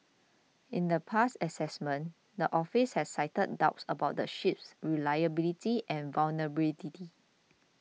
in the past assessments the office has cited doubts about the ship's reliability and vulnerability